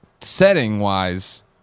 setting-wise